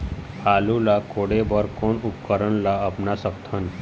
आलू ला कोड़े बर कोन उपकरण ला अपना सकथन?